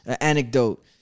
anecdote